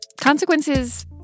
Consequences